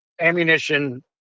ammunition